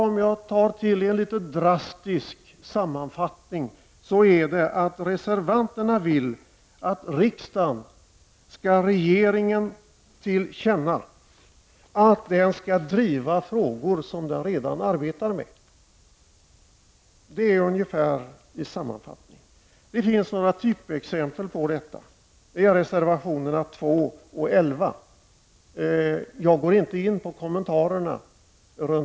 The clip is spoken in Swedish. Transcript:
Om jag gör en litet drastisk sammanfattning vill reservanterna att riksdagen skall ge regeringen till känna att den skall driva frågor som den redan arbetar med. Det är en ungefärlig sammanfattning. Det finns några typexempel på detta, nämligen reservationerna 2 och 11. Jag skall inte gå in på kommentarerna.